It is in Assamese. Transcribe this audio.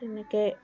তেনেকৈ